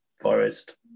Forest